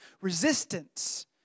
resistance